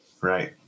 Right